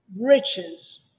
riches